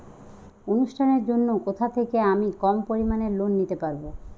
অনুষ্ঠানের জন্য কোথা থেকে আমি কম পরিমাণের লোন নিতে পারব?